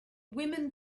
women